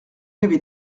avait